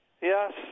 Yes